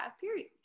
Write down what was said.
period